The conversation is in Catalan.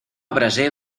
braser